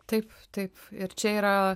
taip taip ir čia yra